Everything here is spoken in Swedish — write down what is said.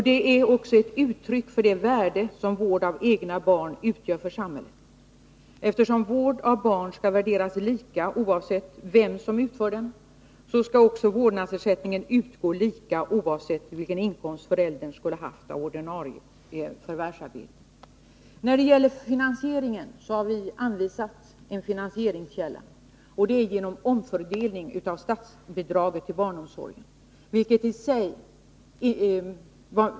Det är också ett uttryck för det värde som vård av egna barn utgör för samhället. Eftersom vård av barn skall värderas lika oavsett vem som utför den, skall också vårdnadsersättningen utgå lika oavsett vilken inkomst föräldern skulle ha haft av ordinarie förvärvsarbete. När det gäller finansieringen har vi anvisat en finansieringskälla: genom en omfördelning av statsbidraget till barnomsorgen.